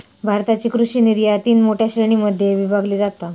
भारताची कृषि निर्यात तीन मोठ्या श्रेणीं मध्ये विभागली जाता